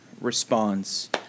responds